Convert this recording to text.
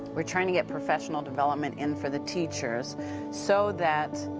we're trying to get professional development in for the teachers so that,